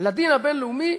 לדין הבין-לאומי,